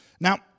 Now